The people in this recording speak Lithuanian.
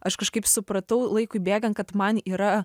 aš kažkaip supratau laikui bėgant kad man yra